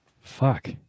fuck